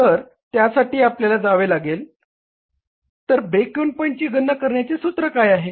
तर त्यासाठी आपल्याला जावे लागेल तर ब्रेक इव्हन पॉईंटची गणना करण्याचे सूत्र काय आहे